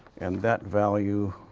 and that value,